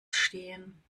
stehen